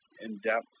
in-depth